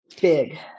Big